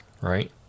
right